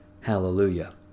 Hallelujah